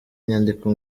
nyandiko